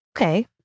Okay